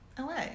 LA